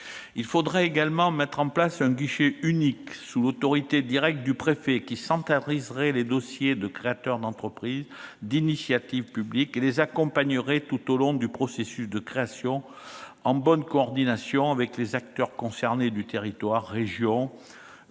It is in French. Il faudrait également mettre en place un guichet unique sous l'autorité directe du préfet, qui centraliserait les dossiers de créateurs d'entreprises et d'initiatives publiques et les accompagnerait tout au long du processus de création, en bonne coordination avec les acteurs concernés du territoire : région,